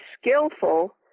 skillful